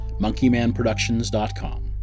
monkeymanproductions.com